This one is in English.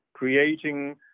creating